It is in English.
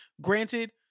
Granted